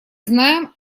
знаем